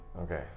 Okay